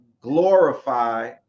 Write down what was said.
glorify